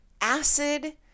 acid